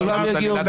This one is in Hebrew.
כולם יגיעו.